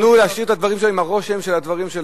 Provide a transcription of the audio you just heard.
לך לעזה.